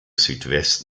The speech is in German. südwest